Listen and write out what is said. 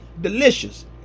delicious